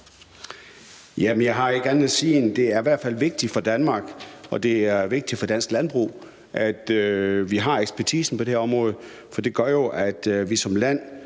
jeg har ikke andet at sige, end at det i hvert fald er vigtigt for Danmark og for dansk landbrug, at vi har ekspertisen på det her område, for når vi ser på